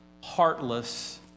heartless